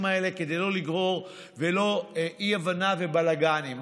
האלה כדי לא לגרור אי-הבנה ובלגנים.